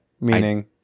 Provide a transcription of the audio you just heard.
meaning